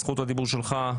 זכות הדיבור שלך.